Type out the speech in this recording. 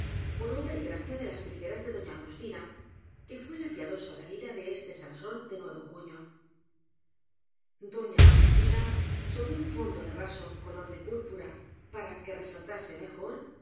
por obra y gracia de las tijeras de doña agustina que fué la piadosa dalila de este sansón de nuevo cuño doña agustina sobre un fondo de raso color de púrpura para que resaltase mejor